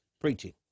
preaching